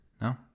No